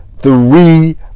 three